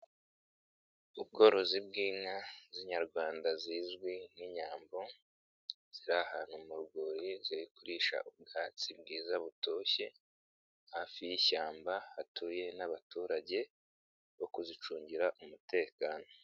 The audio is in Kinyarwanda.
Ubworozi bw'inka z'inyarwanda zizwi nk'inyambo, ziri ahantu mu rwuri zi kuririsha ubwatsi bwiza butoshye, hafi y'ishyamba hatuye n'abaturage, bo kuzicungira umutekano.